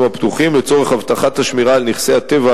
הפתוחים לצורך הבטחת השמירה על נכסי הטבע,